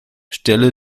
stelle